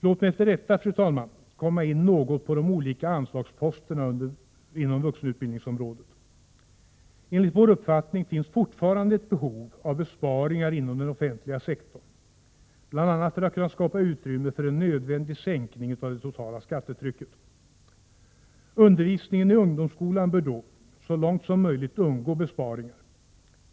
Låt mig efter detta, fru talman, komma in något på de olika anslagsposterna inom vuxenutbildningsområdet. Enligt vår uppfattning finns fortfarande ett behov av besparingar inom den offentliga sektorn, bl.a. för att skapa utrymme för en nödvändig sänkning av det totala skattetrycket. Undervisningen i ungdomsskolan bör då så långt som möjligt undgå besparingar.